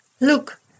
Look